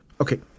Okay